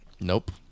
Nope